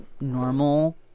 normal